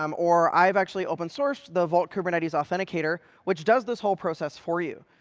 um or i've actually open-sourced the vault kubernetes authenticator, which does this whole process for you.